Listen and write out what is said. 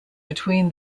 between